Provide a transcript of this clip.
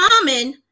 Common